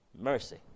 Mercy